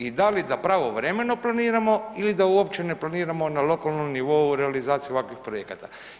I da li da pravovremeno planiramo ili da uopće ne planiramo na lokalnom nivou realizaciju ovakvih projekata?